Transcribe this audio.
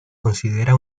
considera